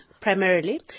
Primarily